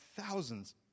thousands